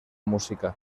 música